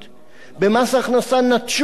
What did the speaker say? במס הכנסה נטשו את המגזר.